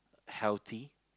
healthy